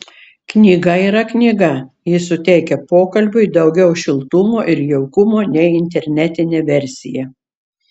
knyga yra knyga ji suteikia pokalbiui daugiau šiltumo ir jaukumo nei internetinė versija